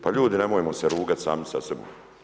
Pa ljudi nemojmo se rugati sami sa sobom.